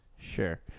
Sure